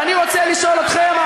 ואני רוצה לשאול אתכם,